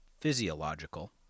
physiological